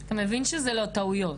אתה מבין שאלה לא טעויות?